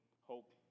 hope